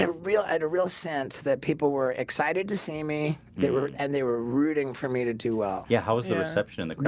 and real at a real sense that people were excited to see me. they were and they were rooting for me to do well yeah, how was it exceptional